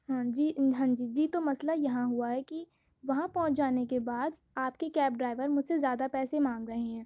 ہاں جی ہاں جی جی تو مسئلہ یہاں ہُوا کہ وہاں پہنچ جانے کے بعد آپ کے کیب ڈرائیور مجھ سے زیادہ پیسے مانگ رہے ہیں